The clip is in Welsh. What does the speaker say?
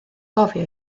gofio